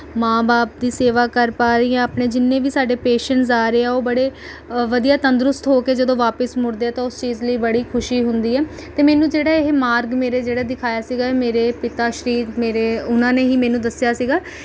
ਮਾਂ ਬਾਪ ਦੀ ਸੇਵਾ ਕਰ ਪਾ ਰਹੀ ਹਾਂ ਆਪਣੇ ਜਿੰਨੇ ਵੀ ਸਾਡੇ ਪੇਸ਼ੈਂਟਸ ਆ ਰਹੇ ਆ ਉਹ ਬੜੇ ਵਧੀਆ ਤੰਦਰੁਸਤ ਹੋ ਕੇ ਜਦੋਂ ਵਾਪਸ ਮੁੜਦੇ ਆ ਤਾਂ ਉਸ ਚੀਜ਼ ਲਈ ਬੜੀ ਖੁਸ਼ੀ ਹੁੰਦੀ ਆ ਅਤੇ ਮੈਨੂੰ ਜਿਹੜਾ ਇਹ ਮਾਰਗ ਮੇਰੇ ਜਿਹੜਾ ਦਿਖਾਇਆ ਸੀਗਾ ਮੇਰੇ ਪਿਤਾ ਸ਼੍ਰੀ ਮੇਰੇ ਉਹਨਾਂ ਨੇ ਹੀ ਮੈਨੂੰ ਦੱਸਿਆ ਸੀਗਾ